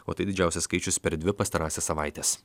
o tai didžiausias skaičius per dvi pastarąsias savaites